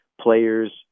players